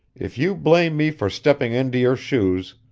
if you blame me for stepping into your shoes,